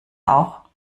auch